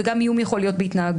ואיום גם יכול להיות בהתנהגות.